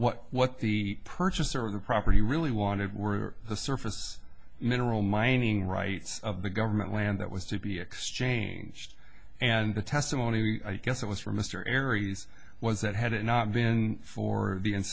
what what the purchaser of the property really wanted were the surface mineral mining rights of the government land that was to be exchanged and the testimony i guess it was from mr aires was that had it not been for